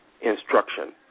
instruction